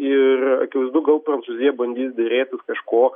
ir akivaizdu gal prancūzija bandys derėtis kažko